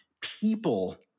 people